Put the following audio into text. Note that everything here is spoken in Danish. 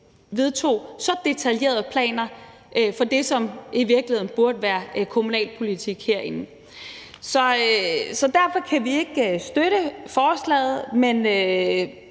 vedtog så detaljerede planer for det, som i virkeligheden burde være kommunalpolitik, herinde. Så derfor kan vi ikke støtte forslaget, men